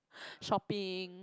shopping